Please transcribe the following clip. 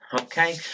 Okay